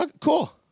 cool